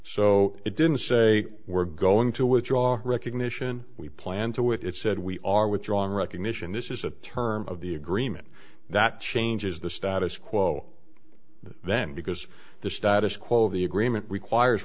so it didn't say we're going to withdraw recognition we plan to with it said we are withdrawing recognition this is a term of the agreement that changes the status quo then because the status quo of the agreement requires